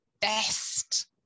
best